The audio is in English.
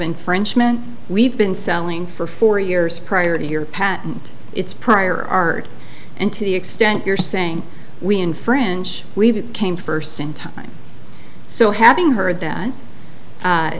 infringement we've been selling for four years prior to your patent it's prior art and to the extent you're saying we infringe we came first in time so having heard that